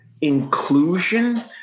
inclusion